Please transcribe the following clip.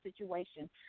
situation